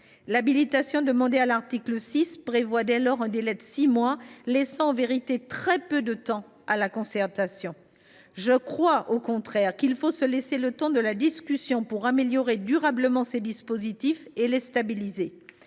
L’habilitation demandée à l’article 6 prévoit un délai de six mois, ce qui laisse très peu de temps à la concertation. Je crois, au contraire, qu’il faut se laisser le temps de la discussion pour améliorer durablement ces dispositifs et les stabiliser.